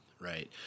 right